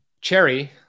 Cherry